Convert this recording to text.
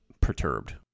perturbed